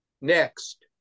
Next